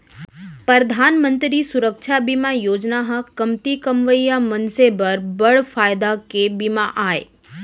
परधान मंतरी सुरक्छा बीमा योजना ह कमती कमवइया मनसे बर बड़ फायदा के बीमा आय